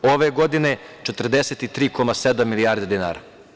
Ove godine 43,7 milijardi dinara.